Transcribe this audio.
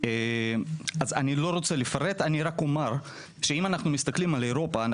אם אנחנו מסתכלים על אירופה,